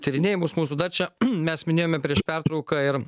tyrinėjimus mūsų čia mes minėjome prieš pertrauką ir